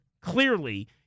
clearly